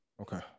Okay